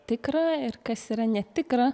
tikra ir kas yra netikra